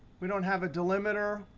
we don't have a delimiter.